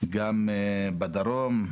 גם החברה הבדואית בדרום,